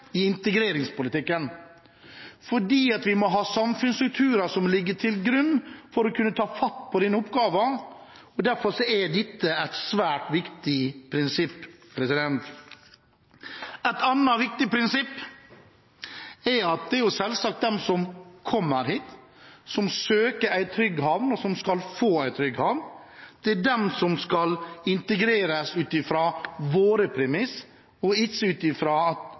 i integreringspolitikken, fordi vi må ha samfunnsstrukturer som ligger i bunnen, for å kunne ta fatt på denne oppgaven. Derfor er dette et svært viktig prinsipp. Et annet viktig prinsipp er at det selvsagt er de som kommer hit, som søker en trygg havn, og som skal få en trygg havn, som skal integreres ut ifra våre premisser – ikke det norske samfunnet som skal endre seg ut ifra andres premisser. Derfor er det som står i avtalen, viktig, at